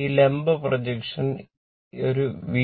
ഈ ലംബ പ്രൊജക്ഷൻ ഈ ഒരു V